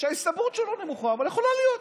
שההסתברות שלו נמוכה אבל יכולה להיות.